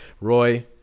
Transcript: Roy